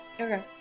Okay